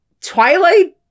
Twilight